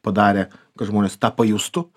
padarė kad žmonės tą pajustų